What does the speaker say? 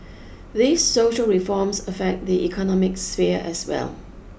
these social reforms affect the economic sphere as well